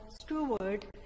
steward